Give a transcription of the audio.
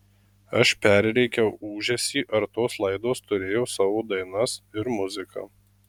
aš perrėkiau ūžesį ar tos laidos turėjo savo dainas ir muziką